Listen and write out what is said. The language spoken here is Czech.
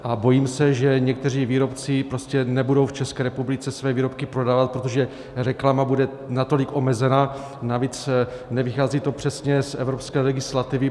A bojím se, že někteří výrobci prostě nebudou v České republice své výrobky prodávat, protože reklama bude natolik omezena, navíc nevychází to přesně z evropské legislativy.